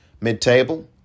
mid-table